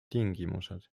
tingimused